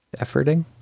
efforting